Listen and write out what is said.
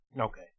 okay